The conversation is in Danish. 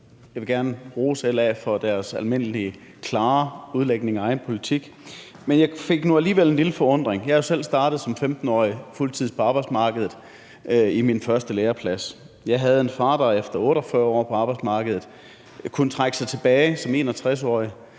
Jeg vil gerne rose LA for deres almindeligvis klare udlægning af egen politik, men jeg blev nu alligevel en lille smule forundret. Jeg er selv startet som 15-årig på fuld tid på arbejdsmarkedet i min første læreplads. Jeg havde en far, der efter 48 år på arbejdsmarkedet, kunne trække sig tilbage som 61-årig